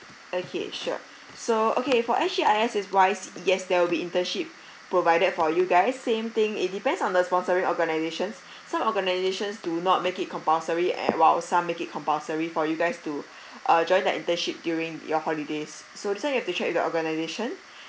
okay sure so okay for S_G_I_S is wise yes there will be internship provided for you guys same thing it depends on the sponsoring organisations some organisations do not make it compulsory and while some make it compulsory for you guys to uh join the internship during your holidays so this one you have to check with your organisation